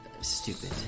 stupid